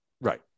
Right